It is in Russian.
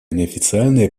неофициальные